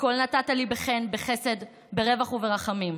הכול נתת לי בחן, בחסד, ברווח וברחמים.